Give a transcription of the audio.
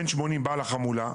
בן 80 בעל החמולה,